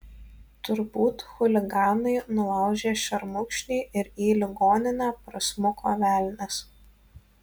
turbūt chuliganai nulaužė šermukšnį ir į ligoninę prasmuko velnias